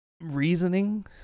reasoning